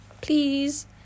Please